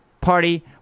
party